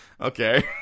Okay